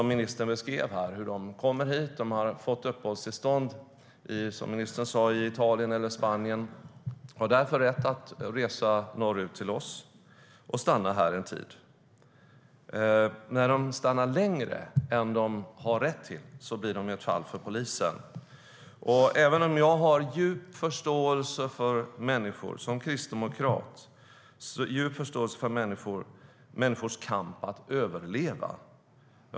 Ministern beskrev att de kommer hit, har fått uppehållstillstånd i Italien eller Spanien och har därför rätt att resa norrut till oss och stanna här en tid. När de stannar längre än de har rätt till blir de ett fall för polisen. Jag möter dem ofta bland de hemlösa när jag arbetar i Göteborgs Räddningsmission. De är starka människor som har överlevt.